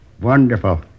Wonderful